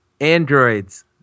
Androids